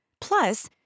Plus